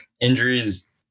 injuries